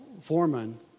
Foreman